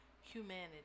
humanity